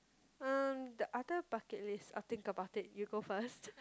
um the other bucket list I'll think about it you go first